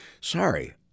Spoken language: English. Sorry